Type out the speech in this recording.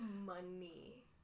money